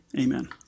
Amen